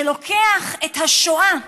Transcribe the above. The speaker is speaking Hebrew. שלוקחים את השואה,